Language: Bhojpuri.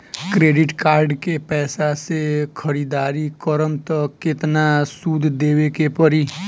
क्रेडिट कार्ड के पैसा से ख़रीदारी करम त केतना सूद देवे के पड़ी?